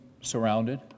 surrounded